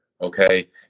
okay